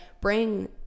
bring